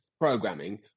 programming